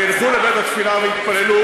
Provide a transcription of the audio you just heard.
וילכו לבית-התפילה ויתפללו.